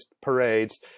parades